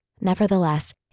Nevertheless